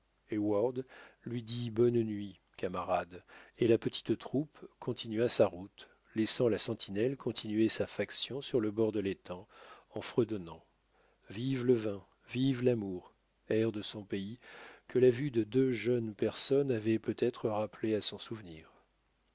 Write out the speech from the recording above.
lui dit bonne nuit camarade et la petite troupe continua sa route laissant la sentinelle continuer sa faction sur le bord de l'étang en fredonnant vive le vin vive l'amour air de son pays que la vue de deux jeunes personnes avait peut-être rappelé à son souvenir